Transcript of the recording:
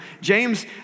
James